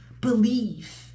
believe